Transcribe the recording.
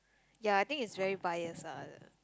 ya I think it's very bias ah the